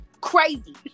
crazy